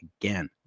again